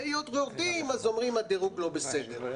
היות שיורדים אז אומרים שהדירוג לא בסדר.